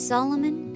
Solomon